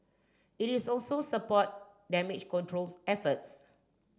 it is also support damage controls efforts